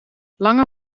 lange